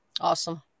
Awesome